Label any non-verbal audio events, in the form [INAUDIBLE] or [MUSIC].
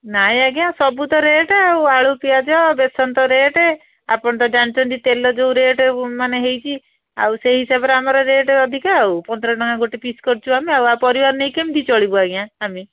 ନାହିଁ ଆଜ୍ଞା ସବୁ ତ ରେଟ୍ ଆଉ ଆଳୁ ପିଆଜ ବେସନ ତ ରେଟ୍ ଆପଣ ତ ଜାଣିଛନ୍ତି ତେଲ ଯେଉଁ ରେଟ୍ ମାନେ [UNINTELLIGIBLE] ହେଇଛି ଆଉ ସେଇ ହିସାବରେ ଆମର ରେଟ୍ ଅଧିକା ଆଉ ପନ୍ଦର ଟଙ୍କା ଗୋଟେ ପିସ୍ କରୁଛୁ ଆମେ ଆଉ ଆଉ ପରିବାର ନେଇ କେମିତି ଚଳିବୁ ଆଜ୍ଞା ଆମେ